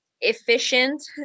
efficient